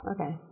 Okay